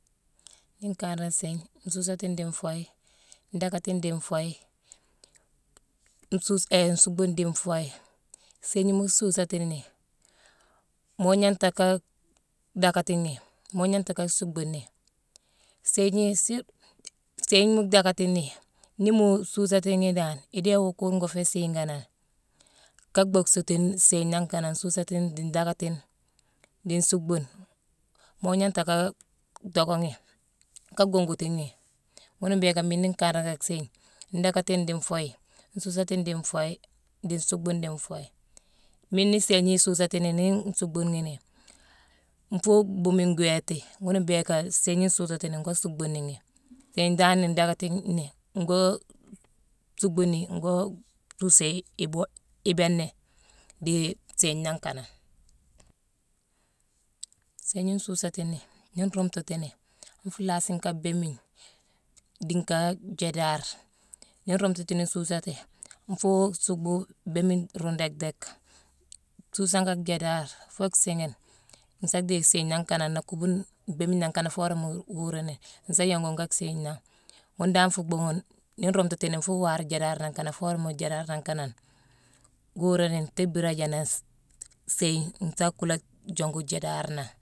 Nii nkanra séégne, nsuusatine dii nfuuye, ndhaakatine dii nfuuye, nsuu-hé-nsuuckbune dii nfuuye. Séégna mu suusatini mo gnanta ka dhaakati ghi, mo gnanta ka suuckbu ni. Séégna- si- séégna mu dhaakatini, ni mu suusati ghi dan, idéé wuu kuur ngoo siiganane ka bhocksétine séégne nangh kanane nsuusatine dii ndaakatine, dii nsuuckbune, mo gnangta ka dhocka ghi ka gonguti ghi. Ghuna mbhiiké miine nii nkanra nka séégne: ndhaakatine dii nfuuye, nsuusatine dii nfuuye, dii nsuuckbune dii nfuuye. Miine ni séégna isuusati nini, nii nsuuckbu ghi ni, nfuu bhuumi ngwééti. Ghuna mbhiika séégna nsuusati nini ngoo suuckbuni ghi. Séégne dan nii ndaackati ghi, ngoo suuckbu ghi, ngo suusé iboole- ibéé néye dii séégne nangh kanane. Séégna nsuusatini, nii nruumtati ni, nfuu laasi nka béémigne dii nka jaadare. Nii nruumtatini, nsuusati, nfuu suuckbu béémigne ruune déck déck, suusé ka jaadar foo siighine, nsa déye séégne nangh kanane kuubune béémine nangh kanane foo worama wuuru ni, sa yongu nka séégna nangh. Ghune dan nfuu bhuughune nii rumtatini nfuu waar jaadar nangh kanane foo worama jaadar nangh kanane kuuru nini, tii bhiira jaanangh-s- séégna kula jongu jaadar nangh.